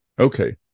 Okay